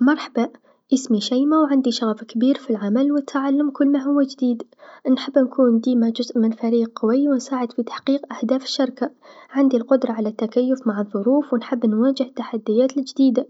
مرحبا إسمي شيما و عندي شغف في العمل و التعلم كل ما هو جديد، أنحب ديما نكون جزء من فريق قوي و نساعد في تحقيق أهداف الشركه، عندي القدرا على التكيف مع الظروف و نحب نواجه تحديات الجديدا،